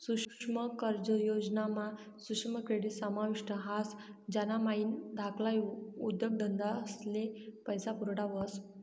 सुक्ष्म कर्ज योजना मा सुक्ष्म क्रेडीट समाविष्ट ह्रास ज्यानामाईन धाकल्ला उद्योगधंदास्ले पैसा पुरवठा व्हस